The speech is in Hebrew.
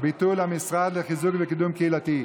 ביטול המשרד לחיזוק וקידום קהילתי.